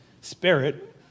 spirit